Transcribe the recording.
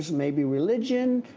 maybe religion,